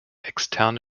externe